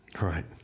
Right